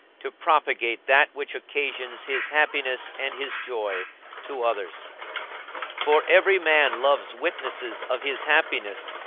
to propagate that which occasions his happiness and his joy to others for every man loves witnesses of his happiness,